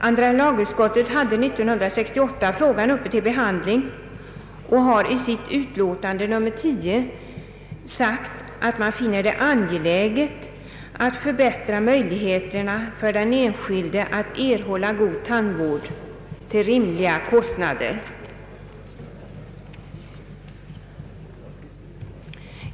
Andra lagutskottet hade frågan uppe till behandling 1968 och har i sitt utlåtande nr 10 framhållit, att utskottet finner det angeläget att förbättra möjligheterna för den enskilde att erhålla god tandvård till rimliga kostnader.